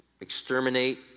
exterminate